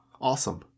Awesome